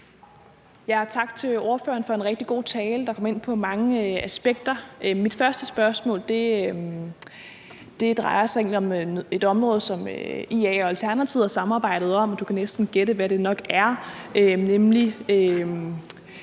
Tak til ordføreren for en rigtig god tale, der kom ind på mange aspekter. Mit første spørgsmål drejer sig om et område, som IA og Alternativet har samarbejdet om, og du kan nok næsten gætte, hvad det er,